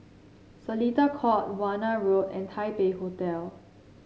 Seletar Court Warna Road and Taipei Hotel